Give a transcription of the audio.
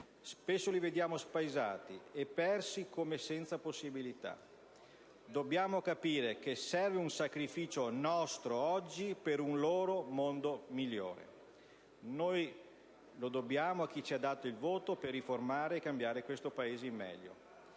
Spesso li vediamo spaesati e persi, come senza possibilità. Dobbiamo capire che serve oggi un nostro sacrificio per un loro mondo migliore. Lo dobbiamo a chi ci ha dato il voto per riformare e cambiare il Paese in meglio.